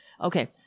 okay